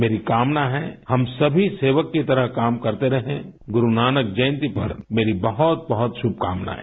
मेरी कामना है हम सभी सेवक की तरह काम करते रहें गुरुनानक जयंती पर मेरी बहुत बहुत शुभकामनाएं